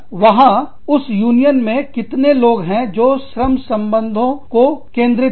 वहां उस यूनियन में कितने लोग हैं जो श्रम संबंधों को केंद्रित है